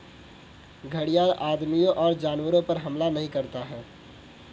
घड़ियाल आदमियों और जानवरों पर हमला नहीं करता है